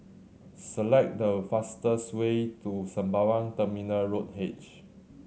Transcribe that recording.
select the fastest way to Sembawang Terminal Road H